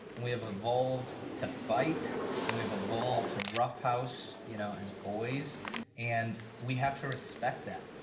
we have evolved to fight and we have evolved to roughhouse, you know, as boys and we have to respect that,